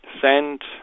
send